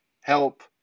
help